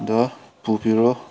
ꯗ ꯄꯨꯕꯤꯔꯣ